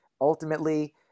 ultimately